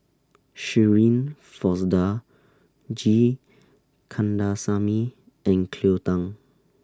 Shirin Fozdar G Kandasamy and Cleo Thang